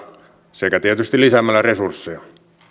sekä tietysti lisäämällä resursseja